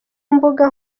mbuga